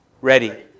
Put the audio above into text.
ready